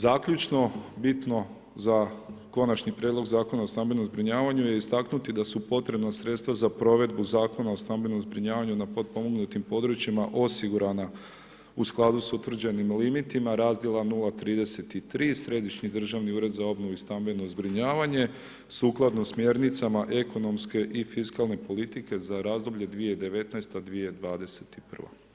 Zaključno, bitno za Konačni prijedlog zakona o stambenom zbrinjavanju je istaknuti da su potrebna sredstva za provedbu Zakona o stambenom zbrinjavanju osigurana u skladu s utvrđenim limitima razdjela 033 Središnji državni ured za obnovu i stambeno zbrinjavanje sukladno smjernicama ekonomske i fiskalne politike za razdoblje 2019.- 2021.